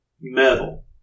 metal